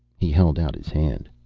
he held out his hand.